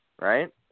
right